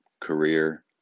career